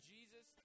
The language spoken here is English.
Jesus